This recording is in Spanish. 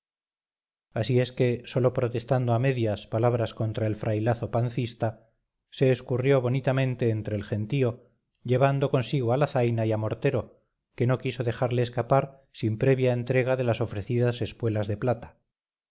así es que sólo protestando a medias palabras contra el frailazo pancista se escurrió bonitamente entre el gentío llevando consigo a la zaina y a mortero que no quiso dejarle escapar sin previa entrega de las ofrecidas espuelas de plata